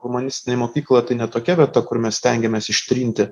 humanistinė mokykla tai ne tokia vieta kur mes stengiamės ištrinti